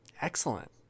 Excellent